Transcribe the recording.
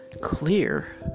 clear